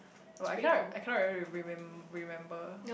but I canot I cannot really remem~ remember